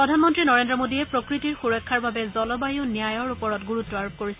প্ৰধানমন্ত্ৰী নৰেন্দ্ৰ মোডীয়ে প্ৰকৃতিৰ সুৰক্ষাৰ বাবে জলবায়ু ন্যায়ৰ ওপৰত গুৰুত্ব আৰোপ কৰিছে